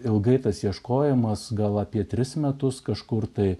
ilgai tas ieškojimas gal apie tris metus kažkur tai